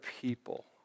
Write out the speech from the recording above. people